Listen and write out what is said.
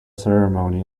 ceremony